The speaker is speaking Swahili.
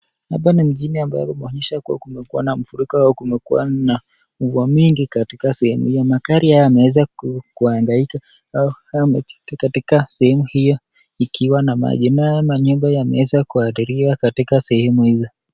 Hapa ni mjini ambapo kumeonyesha kuwa kumekuwa na mafuriko au kumekua na mvua mingi katika sehemu hio. Magari haya yameweza kuhangaika au yamepita katika sehemu hio ikiwa na maji. Manyumba yameweza kuathiriwa katika sehemu hio.